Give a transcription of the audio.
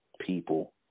people